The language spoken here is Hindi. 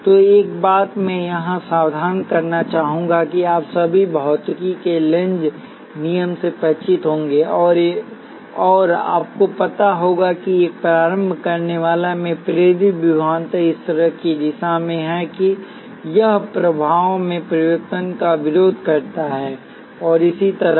तो एक बात मैं यहाँ सावधान करना चाहूंगा कि आप सभी भौतिकी के लेंज नियम से परिचित होंगे और आपको पता होगा कि एक प्रारंभ करनेवाला में प्रेरित विभवांतर इस तरह की दिशा में है कि यह प्रवाह में परिवर्तन का विरोध करता है और इसी तरह